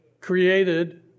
created